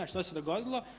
A što se dogodilo?